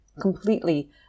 completely